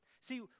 See